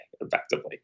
effectively